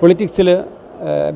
പൊളിറ്റിക്സില്